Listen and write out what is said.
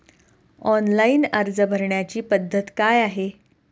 Online अर्ज भरण्याची पद्धत काय आहे?